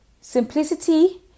simplicity